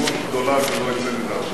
עם סבירות גדולה שלא יצא מזה הרבה.